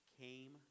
came